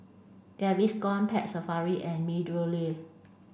Gaviscon Pet Safari and MeadowLea